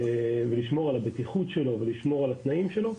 לשמור על הבטיחות שלו והתנאים שלו.